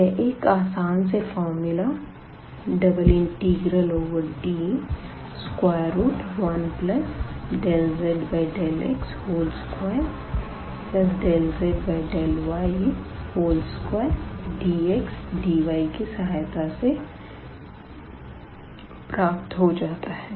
यह एक आसान से फ़ॉर्मूला ∬D1∂z∂x2∂z∂y2dxdy की सहायता से प्राप्त हो जाता है